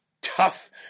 tough